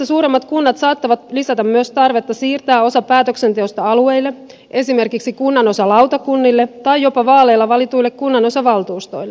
entistä suuremmat kunnat saattavat lisätä myös tarvetta siirtää osa päätöksenteosta alueille esimerkiksi kunnanosalautakunnille tai jopa vaaleilla valituille kunnanosavaltuustoille